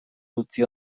utzi